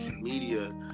media